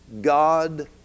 God